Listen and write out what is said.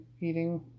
eating